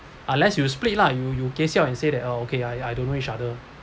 unless you split lah you you keh siao and say that oh okay I I don't know each other